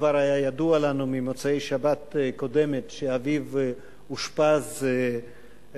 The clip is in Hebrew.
כשכבר ממוצאי שבת הקודמת היה ידוע לנו שאביו אושפז וגוסס,